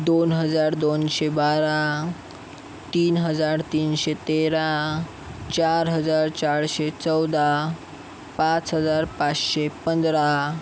दोन हजार दोनशे बारा तीन हजार तीनशे तेरा चार हजार चारशे चौदा पाच हजार पाचशे पंधरा